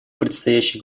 предстоящий